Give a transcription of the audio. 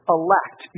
elect